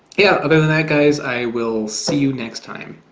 yeah, other than that guys i will see you next time